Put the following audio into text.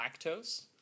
lactose